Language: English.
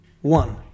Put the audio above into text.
One